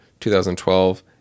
2012